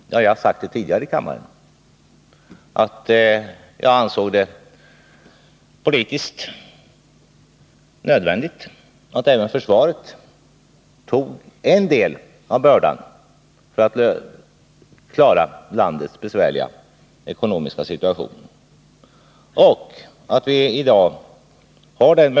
Jag har sagt det tidigare här i kammaren, och jag säger det nu, att jag ansåg det politiskt nödvändigt att även försvaret tog en del av bördan för att klara landets besvärliga ekonomiska situation.